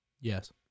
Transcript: Yes